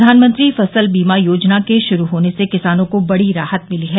प्रधानमंत्री फसल बीमा योजना के शुरू होने से किसानों को बड़ी राहत मिली है